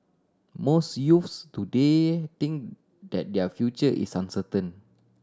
most youths today think that their future is uncertain